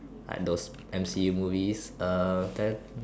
like those M_C movies uh then